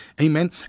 Amen